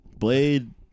Blade